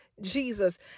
Jesus